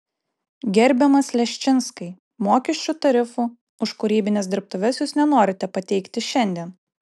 gerbiamas leščinskai mokesčių tarifų už kūrybines dirbtuves jūs nenorite pateikti šiandien